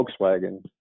volkswagen